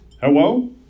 Hello